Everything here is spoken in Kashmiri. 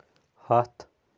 ہَتھ